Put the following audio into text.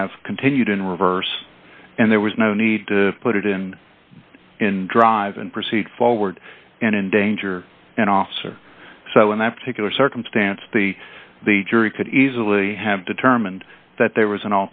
have continued in reverse and there was no need to put it in and drive and proceed forward and in danger and officer so in that particular circumstance the the jury could easily have determined that there was an